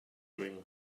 dream